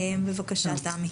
בבקשה, תמי.